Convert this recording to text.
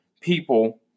people